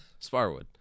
Sparwood